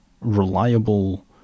reliable